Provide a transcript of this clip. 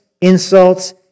insults